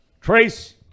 Trace